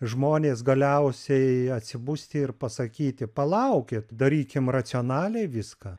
žmonės galiausiai atsibusti ir pasakyti palaukit darykim racionaliai viską